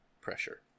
pressure